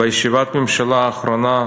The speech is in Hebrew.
בישיבת הממשלה האחרונה,